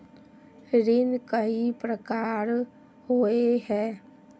ऋण कई प्रकार होए है?